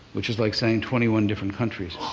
which is like saying twenty one different countries.